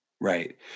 Right